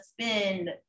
spend